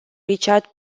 richard